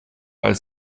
als